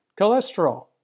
cholesterol